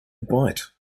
bite